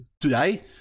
today